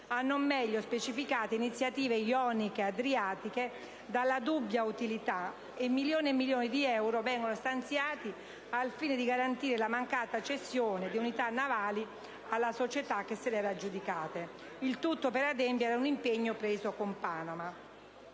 a non meglio specificate iniziative ioniche e adriatiche dalla dubbia utilità, e milioni di euro vengono stanziati al fine di garantire la mancata cessione di unità navali alla società che se l'era aggiudicata, il tutto per adempiere ad un impegno preso con Panama.